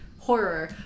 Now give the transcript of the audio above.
Horror